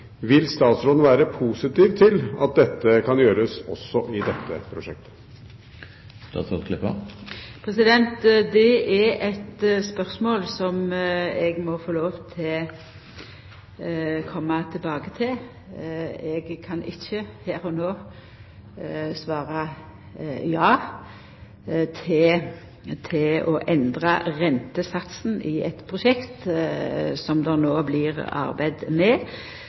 Vil statsråden være positiv til at dette kan gjøres også i dette prosjektet? Det er eit spørsmål som eg må få lov til å koma tilbake til. Eg kan ikkje her og no svara ja til å endra rentesatsen i eit prosjekt som det no blir arbeidd med.